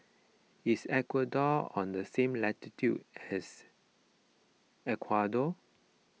is Ecuador on the same latitude as Ecuador